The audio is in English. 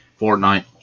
Fortnite